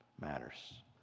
matters